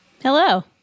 Hello